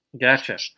Gotcha